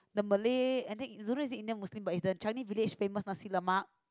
the Malay I think is don't say Indian Muslim but is the Changi-Village famous nasi-lemak